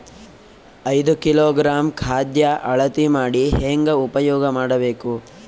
ಐದು ಕಿಲೋಗ್ರಾಂ ಖಾದ್ಯ ಅಳತಿ ಮಾಡಿ ಹೇಂಗ ಉಪಯೋಗ ಮಾಡಬೇಕು?